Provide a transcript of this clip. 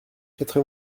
quatre